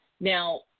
Now